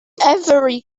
every